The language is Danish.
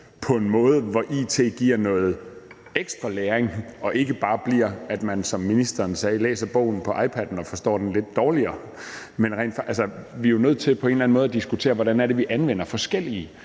på en måde, hvor it giver noget ekstra læring og ikke bare bliver sådan, at man – som ministeren sagde – læser bogen på iPadden og forstår den lidt dårligere, så er vi jo nødt til på en eller anden måde at diskutere, hvordan vi anvender forskellige